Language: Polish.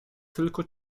tylko